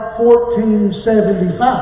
1475